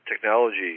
technology